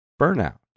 burnout